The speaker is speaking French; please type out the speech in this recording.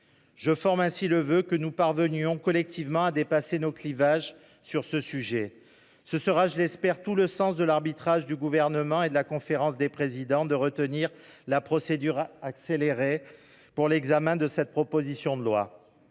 Je forme ainsi le vœu que nous parvenions collectivement à dépasser nos clivages sur ce sujet. Ce sera – derechef je l’espère – tout le sens de l’arbitrage pris par le Gouvernement et entériné par la conférence des présidents consistant à retenir la procédure accélérée pour l’examen de cette proposition de loi.